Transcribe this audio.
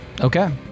Okay